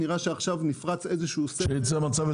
נראה שעכשיו נפרץ איזה שהוא סכר.